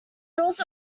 doors